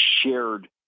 shared